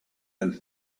and